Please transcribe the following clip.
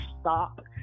stop